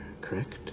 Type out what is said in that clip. correct